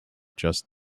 just